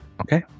Okay